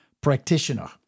practitioner